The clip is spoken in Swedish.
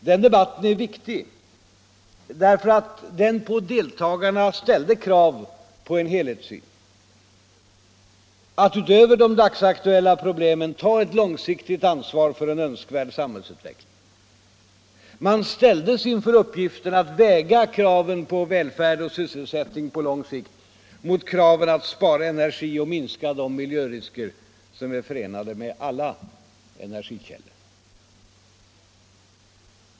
Den debatten är viktig därför att den på deltagarna ställde krav på en helhetssyn, att utöver de dagsaktuella problemen ta ett långsiktigt ansvar för en önskvärd samhällsutveckling. Man stod inför uppgiften att väga kraven på välfärd och sysselsättning på lång sikt mot kraven att spara energi och minska de miljörisker som är förenade med alla energikällor.